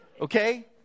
Okay